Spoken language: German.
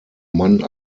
mann